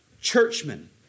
churchmen